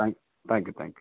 thanks thank you thank you